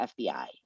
FBI